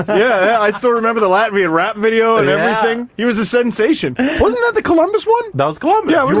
yeah i still remember the latvian rap video and everything. he was a sensation. wasn't that the columbus one? that was columbus. yeah you